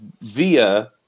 via